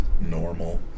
normal